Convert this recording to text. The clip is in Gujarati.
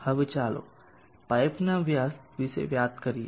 હવે ચાલો પાઇપના વ્યાસ વિશે વાત કરીએ